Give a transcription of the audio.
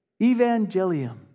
evangelium